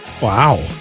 Wow